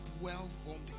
well-formed